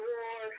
War